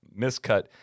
miscut